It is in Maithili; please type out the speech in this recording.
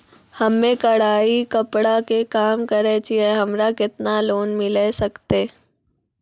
हम्मे कढ़ाई कपड़ा के काम करे छियै, हमरा केतना लोन मिले सकते?